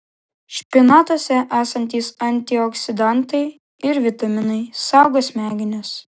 špinatuose esantys antioksidantai ir vitaminai saugo smegenis